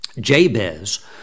Jabez